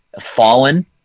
fallen